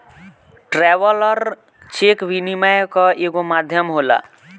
traveller cheque विनिमय कअ एगो माध्यम होला